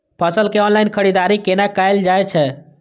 फसल के ऑनलाइन खरीददारी केना कायल जाय छै?